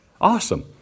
Awesome